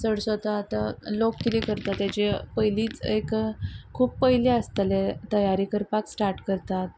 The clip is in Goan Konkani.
चड आतां लोक किदें करता तेजे पयलीच एक खूब पयले आसतले तयारी करपाक स्टार्ट करतात